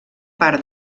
part